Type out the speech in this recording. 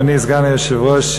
אדוני סגן היושב-ראש,